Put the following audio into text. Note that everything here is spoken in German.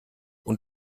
und